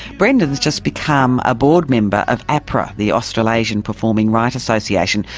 brendan has just become a board member of apra, the australasian performing right association,